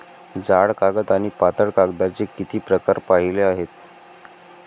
जाड कागद आणि पातळ कागदाचे किती प्रकार पाहिले आहेत?